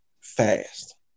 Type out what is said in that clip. fast